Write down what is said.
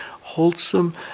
wholesome